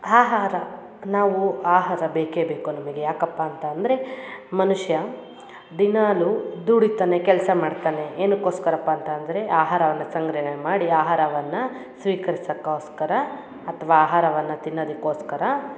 ಆಹಾರ ನಾವು ಆಹಾರ ಬೇಕೆ ಬೇಕು ನಮಗೆ ಯಾಕಪ್ಪ ಅಂತ ಅಂದರೆ ಮನುಷ್ಯ ದಿನಾಲು ದುಡಿತಾನೆ ಕೆಲಸ ಮಾಡ್ತಾನೆ ಏನಕ್ಕೋಸ್ಕರಪ್ಪ ಅಂತ ಅಂದರೆ ಆಹಾರವನ್ನ ಸಂಗ್ರಹಣೆ ಮಾಡಿ ಆಹಾರವನ್ನ ಸ್ವೀಕರಿಸಕ್ಕೋಸ್ಕರ ಅಥ್ವ ಆಹಾರವನ್ನ ತಿನ್ನೋದಿಕ್ಕೋಸ್ಕರ